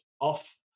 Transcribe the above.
off